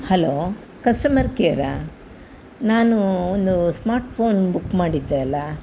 hello customer ಕೇರಾ ನಾನು ಒಂದು ಸ್ಮಾರ್ಟ್ ಫೋನ್ ಬುಕ್ ಮಾಡಿದ್ದೆ ಅಲ್ವಾ